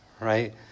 Right